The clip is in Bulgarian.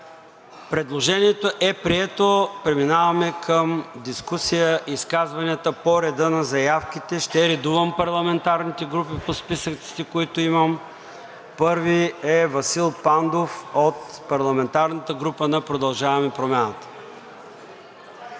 Предложението е прието. Преминаваме към дискусия. Изказванията по реда на заявките. Ще редувам парламентарните групи по списъците, които имам. Първи е Васил Пандов от парламентарната група на „Продължаваме Промяната“.